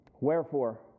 Wherefore